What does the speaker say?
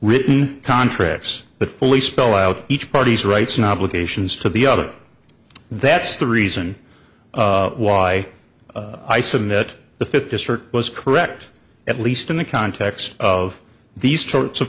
written contracts but fully spell out each party's rights an obligation is to the other that's the reason why i submit the fifth district was correct at least in the context of these